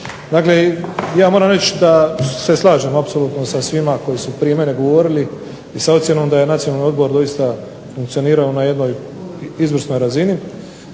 Dakle, ja moram reći da se slažem apsolutno sa svima koji su prije mene govorili i sa ocjenom da je Nacionalni odbor doista funkcionirao na jednoj izvrsnoj razini.